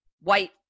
white